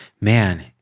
Man